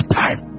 time